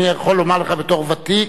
אני יכול להגיד לך בתור ותיק.